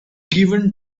given